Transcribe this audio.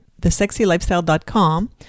thesexylifestyle.com